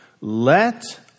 Let